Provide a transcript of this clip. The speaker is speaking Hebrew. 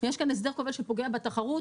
יש כאן הסדר כובל שפוגע בתחרות,